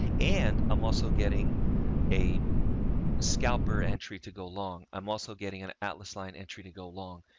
and i'm also getting a scalper entry to go long. i'm also getting an atlas line entry to go long.